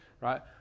right